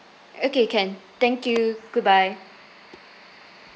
okay can thank you goodbye